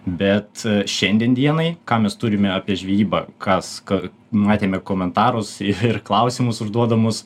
bet šiandien dienai ką mes turime apie žvybą kas ką matėme komentarus ir klausimus užduodamus